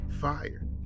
fired